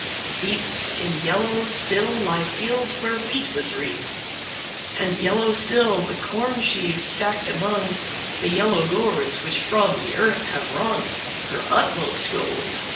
steeped in yellow, still lie fields where wheat was reaped and yellow still the corn sheaves, stacked among the yellow gourds, which from the earth have wrung her utmost gold.